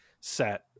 set